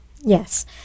Yes